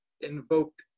invoke